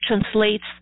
translates